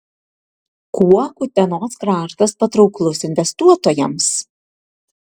kuo utenos kraštas patrauklus investuotojams